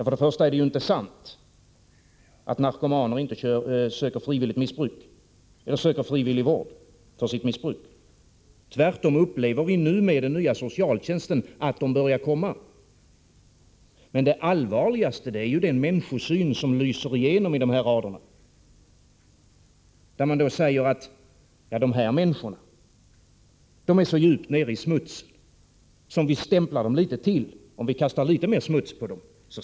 Först och främst är det inte sant att narkomaner inte söker frivillig vård för sitt missbruk. Tvärtom upplever vi med den nya socialtjänsten att de börjar komma. Men det allvarligaste är den människosyn som lyser igenom i dessa rader. Man säger att dessa människor är så djupt nere i smutsen att det inte spelar någon roll om vi stämplar dem litet till och kastar litet mer smuts på dem.